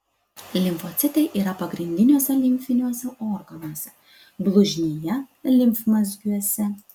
limfocitai yra pagrindiniuose limfiniuose organuose blužnyje limfmazgiuose